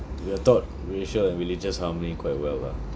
we are taught racial and religious harmony quite well lah